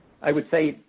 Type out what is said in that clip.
i would say,